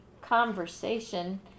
conversation